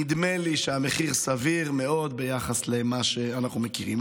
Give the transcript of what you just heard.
נדמה לי שהמחיר סביר מאוד ביחס למה שאנחנו מכירים.